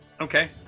Okay